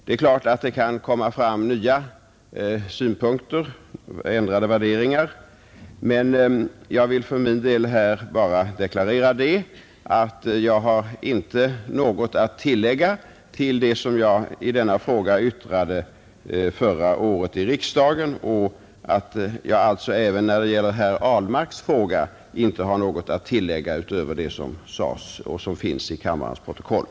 Det är klart att nya synpunkter och ändrade värderingar kan komma fram, men jag vill för min del här bara deklarera, att jag inte har något att tillägga till det som jag förra året yttrade i riksdagen i denna fråga. Inte heller när det gäller herr Ahlmarks fråga har jag alltså något att tillägga utöver det som då sades och som finns i kammarens protokoll.